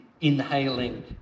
inhaling